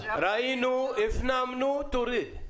ראינו, הפנמנו, תוריד.